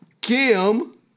Kim